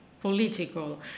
political